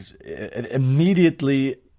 immediately